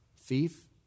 thief